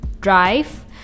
drive